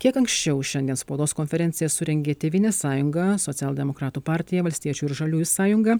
kiek anksčiau šiandien spaudos konferenciją surengė tėvynės sąjunga socialdemokratų partija valstiečių ir žaliųjų sąjunga